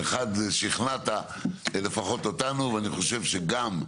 באחד שכנעת לפחות אותנו ואני חושב שגם,